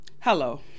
Hello